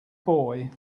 boy